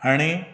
आनी